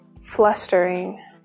flustering